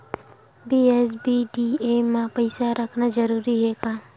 BSBDA मा पईसा रखना जरूरी हे का?